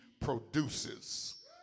produces